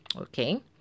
okay